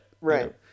Right